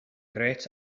grêt